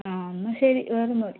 ആ എന്നാൽ ശരി വേറെ ഒന്നുമില്ല